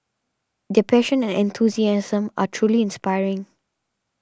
their passion and enthusiasm are truly inspiring